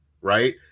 right